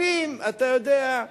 זקנים, אתה יודע.